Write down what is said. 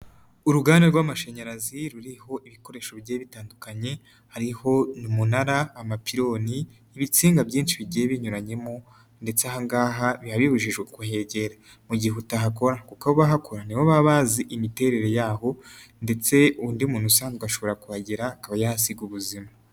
Uruganda rw'amashanyarazi ruriho ibikoresho bigiye bitandukanye, hariho nimunara, amapiloni, ibinsinga byinshi bigiye binyuranyemo ndetse ahangaha biba bibuji kuhegera mu gihe utahakora, kuko abahakora nibo baba bazi imiterere yaho ndetse undi muntu usanzwe ashobora kuhagera akahasiga ubuzima.